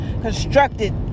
constructed